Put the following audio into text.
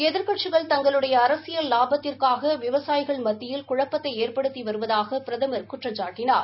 ஏதிர்க்கட்சிகள் தங்களுடைய அரசியல் லாபத்திற்காக விவசாயிகள் மத்தியில் குழப்பத்தை ஏற்படுத்தி வருவதாக பிரதமர் குற்றம்சாட்டினார்